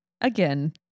Again